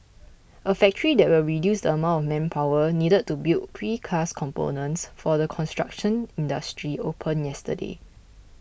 a factory that will reduce the amount manpower needed to build precast components for the construction industry opened yesterday